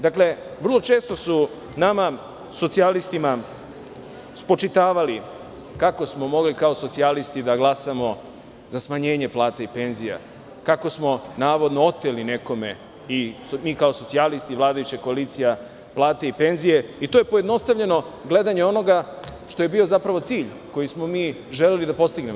Dakle, vrlo često su nama socijalistima spočitavali kako smo mogli kao socijalisti da glasamo za smanjenje plata i penzija, kako smo, navodno, oteli nekome, mi kao socijalisti vladajuće koalicije, plate i penzije i to je pojednostavljeno gledanje onoga što je bio zapravo cilj koji smo mi želeli da postignemo.